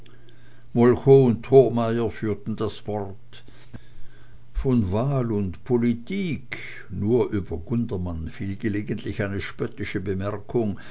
führten das wort von wahl und politik nur über gundermann fiel gelegentlich eine spöttische bemerkung